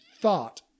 thought